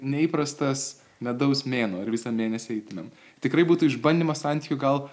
neįprastas medaus mėnuo ir visą mėnesį eitumėm tikrai būtų išbandymas santykių gal